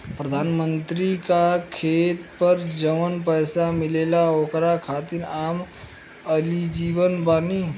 प्रधानमंत्री का खेत पर जवन पैसा मिलेगा ओकरा खातिन आम एलिजिबल बानी?